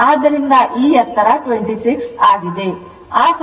ಆದ್ದರಿಂದ ಈ ಎತ್ತರ 26 ಆಗಿದೆ